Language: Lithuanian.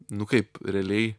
nu kaip realiai